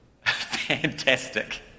Fantastic